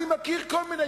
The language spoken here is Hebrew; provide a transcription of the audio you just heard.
אני מכיר כל מיני,